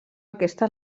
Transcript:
aquesta